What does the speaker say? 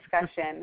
discussion